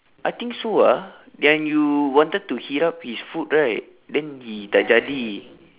I think so ah yang you wanted to heat up his food right then he tidak jadi